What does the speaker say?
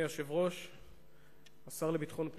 אני לא יודע על מה מתנהל כאן דיון,